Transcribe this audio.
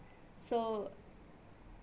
so